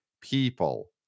people